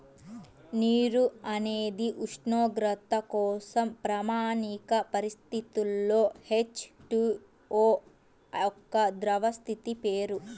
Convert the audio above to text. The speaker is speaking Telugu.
నీరు అనేది ఉష్ణోగ్రత కోసం ప్రామాణిక పరిస్థితులలో హెచ్.టు.ఓ యొక్క ద్రవ స్థితి పేరు